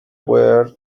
were